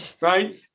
Right